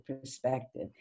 perspective